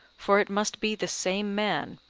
for it must be the same man,